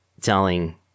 telling